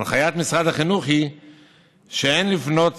הנחיית משרד החינוך היא שאין לפנות